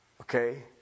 Okay